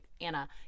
Anna